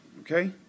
Okay